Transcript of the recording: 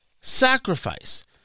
sacrifice